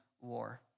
war